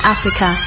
Africa